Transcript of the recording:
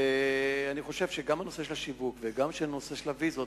אני חושב שגם נושא השיווק וגם נושא הוויזות